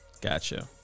gotcha